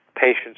patients